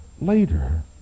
later